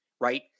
right